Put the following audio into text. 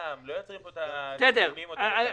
יעשו הפקעות כל עוד אין תוכנית מאושרת.